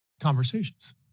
conversations